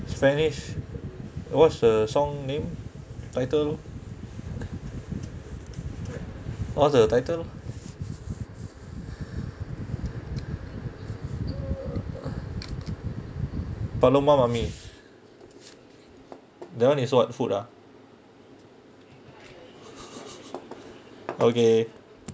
spanish what's the song name title what's the title tolong mau mami that one is what food ah okay